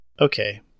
Okay